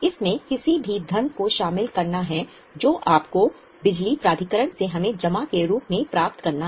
इसमें किसी भी धन को शामिल करना है जो आपको बिजली प्राधिकरण से हमें जमा के रूप में प्राप्त करना है